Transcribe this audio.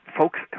folks